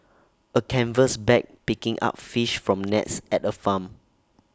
A canvas bag picking up fish from nets at A farm